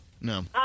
No